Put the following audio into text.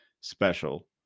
special